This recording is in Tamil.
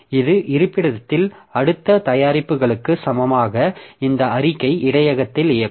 இது இருப்பிடத்தில் அடுத்த தயாரிப்புகளுக்கு சமமாக இந்த அறிக்கை இடையகத்தை இயக்கும்